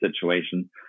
situation